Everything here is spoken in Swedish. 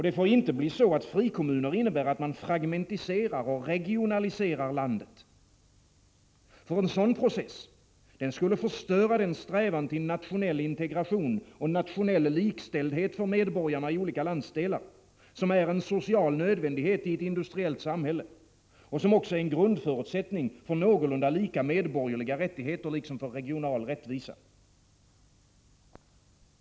Det får inte bli så, att frikommuner innebär att man fragmentiserar och regionaliserar landet. En sådan process skulle förstöra den strävan till nationell integration och nationell likställdhet för medborgarna i olika landsdelar som är en social nödvändighet i ett industriellt samhälle och en grundförutsättning för någorlunda lika medborgerliga rättigheter liksom för regional rättvisa.